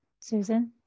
Susan